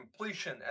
completion